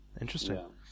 interesting